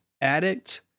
addict